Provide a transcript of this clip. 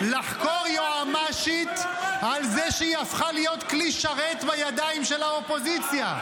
לחקור יועמ"שית על זה שהיא הפכה להיות כלי שרת בידיים של האופוזיציה?